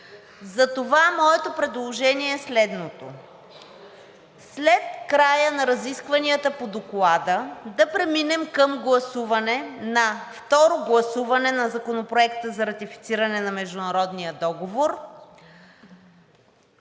Затова моето предложение е следното. След края на разискванията по Доклада да преминем към второ гласуване на Законопроекта за ратифициране на международния договор